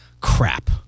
Crap